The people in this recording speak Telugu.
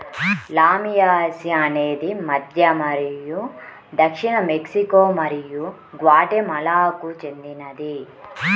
లామియాసి అనేది మధ్య మరియు దక్షిణ మెక్సికో మరియు గ్వాటెమాలాకు చెందినది